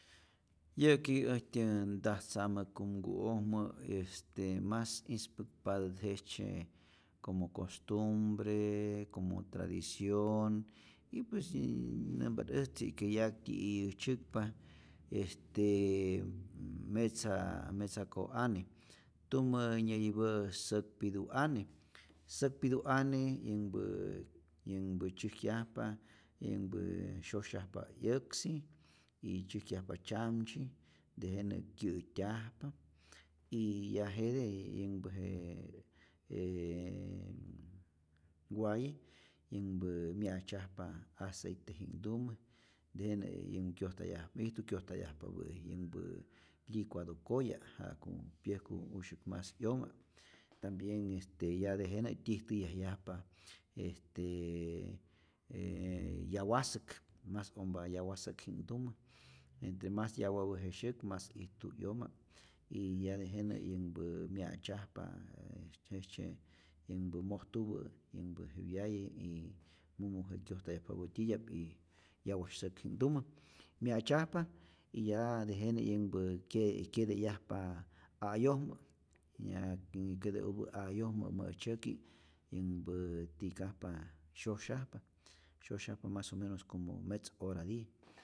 Yä'ki äjtyä ntajtza'mä kumku'ojmä, este mas ispäkpatä't jejtzye como costumbre, como tradicion y pues nnn- nämpa't äjtzi ke yaktyi iyä'i tzyäkpa, est metza metza ko'ane, tumä nyäyipä' säkpitu'ane, säkpitu'ane yänhpä yänhpä tzyäjkyajpa yänhpä syosyajpa 'yäksi, y tzyäjkyajpa tzyamtzyi, tejenä kyä'tyajpa, y ya jete' yänhpä j j waye yänhpä mya'tzyajpa aceite'ji'nhtumä tejenä yän kyojtayaj ijtu kyojtayajpapä' licuado koya' ja'ku pyäjku usyäk mas 'yoma', tambien ya tejenä' tyijtäyajyajpa este yawasäk, mas ompa yawasäkji'knhtumä, entre mas yawapä je syäk mas ijtu 'yoma', y ya tejenä yänhpä mya'tzyajpa jejtzye yänhpä mojtupä yänhpä je wyaye y mumu je kyojtayajpapä titya'p y yawa säkji'knhtumä, mya'tzyajpa y y tejenä yänhpä kye' kyete'yajpa a'yojmä y ya kete'upä a'yojmä mä'tzyäki' yänhpä ti'kajpa syosyajpa, syosyajpa mas o menos como metz hora tiyä.